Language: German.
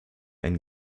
ein